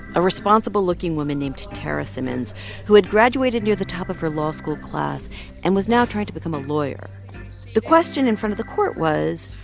a responsible-looking woman named tarra simmons who had graduated near the top of her law school class and was now trying to become a lawyer the question in front of the court was,